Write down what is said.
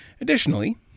Additionally